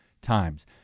Times